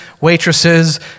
waitresses